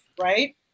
right